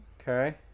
Okay